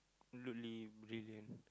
look really brilliant